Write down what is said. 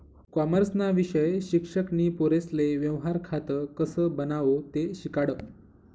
कॉमर्सना विषय शिक्षक नी पोरेसले व्यवहार खातं कसं बनावो ते शिकाडं